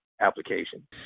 application